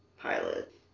pilot